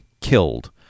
killed